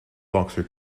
boxer